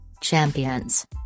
Champions